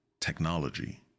technology